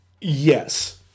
yes